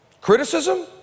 Criticism